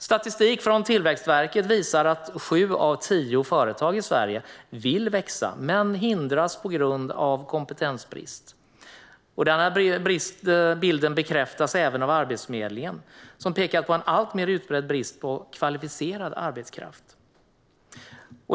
Statistik från Tillväxtverket visar att sju av tio företag i Sverige vill växa men hindras på grund av kompetensbrist. Denna bild bekräftas även av Arbetsförmedlingen, som pekar på en alltmer utbrett brist på kvalificerad arbetskraft.